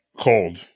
cold